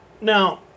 Now